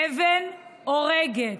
אבן הורגת,